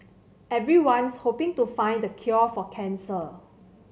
everyone's hoping to find the cure for cancer